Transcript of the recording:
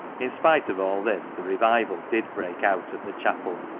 in spite of all this, the revival did break out at the chapel,